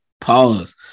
Pause